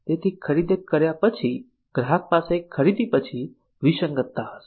તેથી ખરીદી કર્યા પછી ગ્રાહક પાસે ખરીદી પછી વિસંગતતા હશે